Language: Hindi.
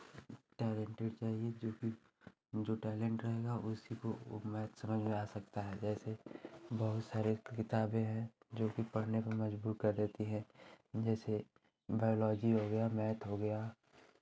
टैलेंटेड चाहिए जोकि जो टैलेंट रहेगा उसी को वो मैथ से समझ में आ सकता है जैसे बहुत सारे किताबें हैं जो कि पढ़ने पर मज़बूर कर देती हैं जैसे बायोलॉज़ी हो गया मैथ हो गया